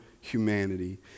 humanity